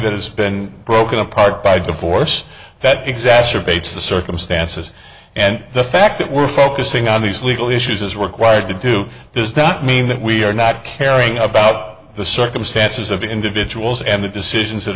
that has been broken apart by the force that exacerbates the circumstances and the fact that we're focusing on these legal issues as required to do does not mean that we are not caring about the circumstances of individuals and the decisions that